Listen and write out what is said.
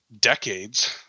decades